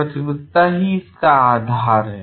प्रतिबद्धता ही इसका आधार है